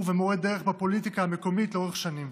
ומורה דרך בפוליטיקה המקומית לאורך שנים.